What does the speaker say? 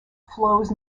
flows